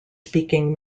speaking